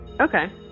Okay